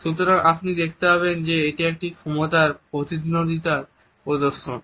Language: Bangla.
সুতরাং আপনি দেখতে পাবেন যে এটি একটি ক্ষমতার প্রতিদ্বন্দ্বিতার প্রদর্শন